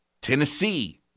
Tennessee